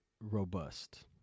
robust